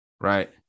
Right